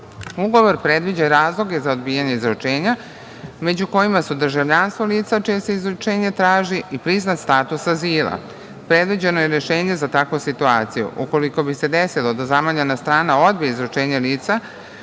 meseci. Ugovor predviđa i razloge za odbijanje izručenja među kojima su državljanstvo lica čije se izručenje traži i priznat status azila. Predviđeno je rešenje za takvu situaciju. Ukoliko bi se desilo da zamoljena strana odbije izručenje lica